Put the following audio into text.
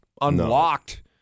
unlocked